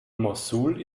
mossul